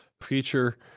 feature